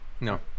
no